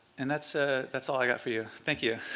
and that's ah that's all i got for you. thank you.